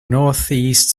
northeast